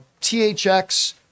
THX